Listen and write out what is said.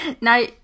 Now